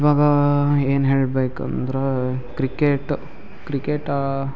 ಇವಾಗ ಏನು ಹೇಳ್ಬೇಕು ಅಂದ್ರೆ ಕ್ರಿಕೆಟು ಕ್ರಿಕೆಟ